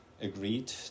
agreed